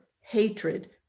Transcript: hatred